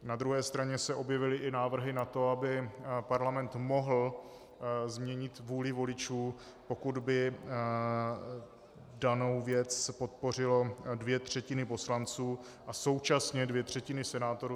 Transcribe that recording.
Na druhé straně se objevily i návrhy na to, aby Parlament mohl změnit vůli voličů, pokud by danou věc podpořily dvě třetiny poslanců a současně dvě třetiny senátorů.